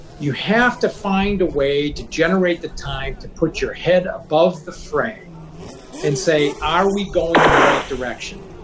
you have to find a way to generate the time to put your head above the fray and say, are we going in the right direction?